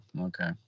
Okay